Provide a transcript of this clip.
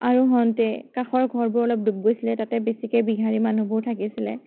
আৰু হওঁতে কাষৰ ঘৰবোৰ অলপ ডুব গৈছিলে তাতে বেছিকৈ বিহাৰী মানুহবোৰ থাকিছিলে